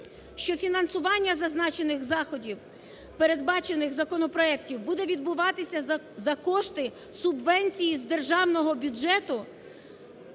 що фінансування зазначених заходів, передбачених законопроектом, буде відбуватися за кошти субвенції з Державного бюджету